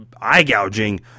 eye-gouging